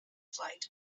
flight